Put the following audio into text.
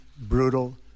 brutal